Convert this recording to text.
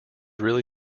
really